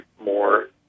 more